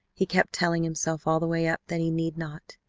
he kept telling himself all the way up that he need not,